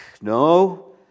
no